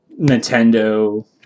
Nintendo